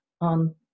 on